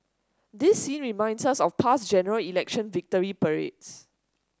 this scene reminds us of past General Election victory parades